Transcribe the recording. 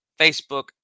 Facebook